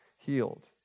healed